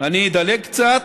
אני אדלג קצת,